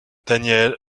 daniel